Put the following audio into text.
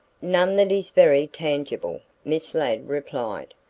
none that is very tangible, miss ladd replied.